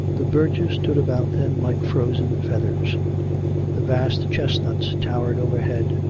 the birches stood about them like frozen feathers the vast chestnuts towered overhead,